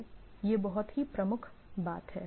तो यह बहुत ही प्रमुख बात है